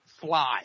fly